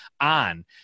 on